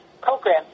program